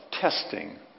testing